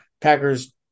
Packers